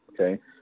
Okay